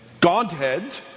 Godhead